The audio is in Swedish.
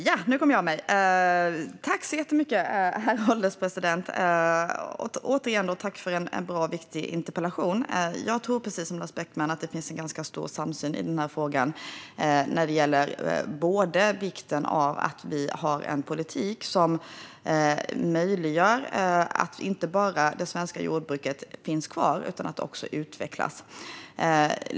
Herr ålderspresident! Tack för en bra och viktig interpellation, Lars Beckman! Jag tror, precis som Lars Beckman, att det finns en ganska stor samsyn i frågan. Det gäller både vikten av att ha en politik som möjliggör för det svenska jordbruket att inte bara finnas kvar utan också kunna utvecklas.